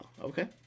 Okay